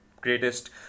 greatest